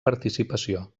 participació